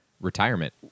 Retirement